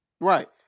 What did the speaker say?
Right